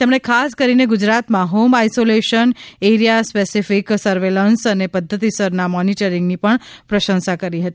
તેમણે ખાસ કરીને ગુજરાતમાં home isolation area specific surveillance અને પદ્વતિસરના મોનિટરિંગની પણ પ્રશંસા કરી હતી